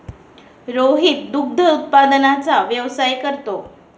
रोहित दुग्ध उत्पादनाचा व्यवसाय करतो